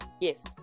Yes